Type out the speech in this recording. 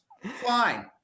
fine